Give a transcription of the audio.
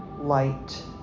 light